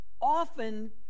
often